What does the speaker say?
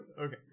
Okay